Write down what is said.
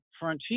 frontier